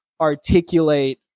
articulate